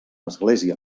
església